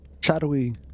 Shadowy